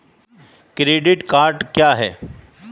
Credit card क्या है?